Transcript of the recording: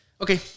Okay